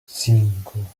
cinco